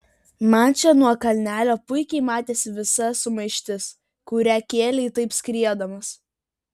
man čia nuo kalnelio puikiai matėsi visa sumaištis kurią kėlei taip skriedamas